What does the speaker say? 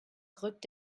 rückt